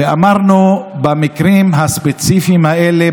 ואמרנו: במקרים הספציפיים האלה,